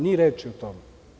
Ni reči o tome.